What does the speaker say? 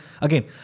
again